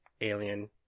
alien